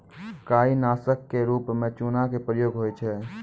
काई नासक क रूप म चूना के प्रयोग होय छै